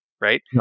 Right